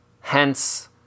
hence